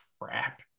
crap